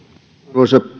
arvoisa